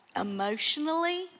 Emotionally